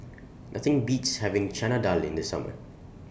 Nothing Beats having Chana Dal in The Summer